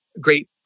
great